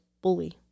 bully